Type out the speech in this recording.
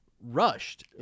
rushed